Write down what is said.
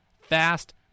fast